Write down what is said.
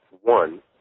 one